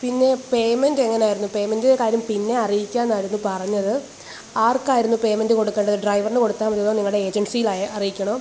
പിന്നെ പേമെൻറ്റെങ്ങനായിരുന്നു പേമെൻറ്റിലെ കാര്യം പിന്നെ അറിയിക്കാമെന്നായിരുന്നു പറഞ്ഞത് ആർക്കായിരുന്നു പേമൻറ്റ് കൊടുക്കേണ്ടത് ഡ്രൈവറിനു കൊടുത്താൽ മതിയൊ നിങ്ങളുടെ ഏജൻസിയിലായാൽ അറീയ്ക്കണൊ